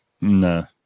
No